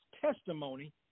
testimony